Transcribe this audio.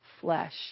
flesh